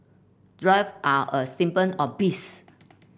drive are a symbol of peace